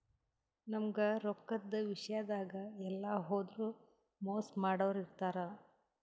ನಮ್ಗ್ ರೊಕ್ಕದ್ ವಿಷ್ಯಾದಾಗ್ ಎಲ್ಲ್ ಹೋದ್ರು ಮೋಸ್ ಮಾಡೋರ್ ಇರ್ತಾರ